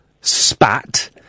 spat